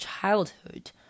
childhood